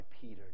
Peter